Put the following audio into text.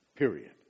Period